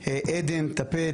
עדן טפט,